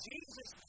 Jesus